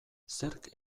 zerk